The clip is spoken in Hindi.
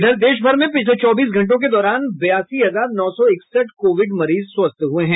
इधर देश भर में पिछले चौबीस घंटों के दौरान बयासी हजार नौ सौ इकसठ कोविड मरीज स्वस्थ हुए हैं